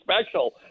special